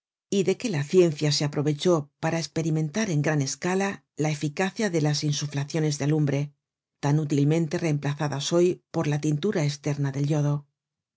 y de que la ciencia se aprovechó para esperimentar en gran escala la eficacia de las insuflaciones de alumbre tan útilmente reemplazadas hoy por la tintura esterna del yodo